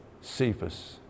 Cephas